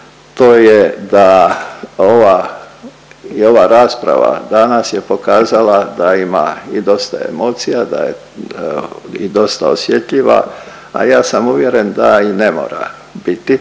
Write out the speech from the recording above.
ova i ova rasprava danas je pokazala da ima i dosta emocija, da je i dosta osjetljiva, a ja sam uvjeren da i ne mora biti,